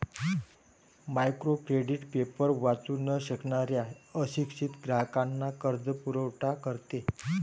micro credit paper वाचू न शकणाऱ्या अशिक्षित ग्राहकांना कर्जपुरवठा करते